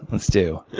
let's do.